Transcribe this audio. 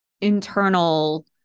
internal